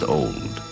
old